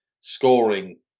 scoring